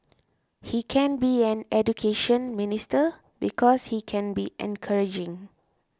he can be an Education Minister because he can be encouraging